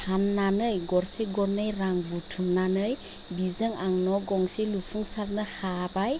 फाननानै गरसे गरनै रां बुथुमनानै बिजों आं न' गंसे लुफुंसारनो हाबाय